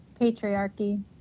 Patriarchy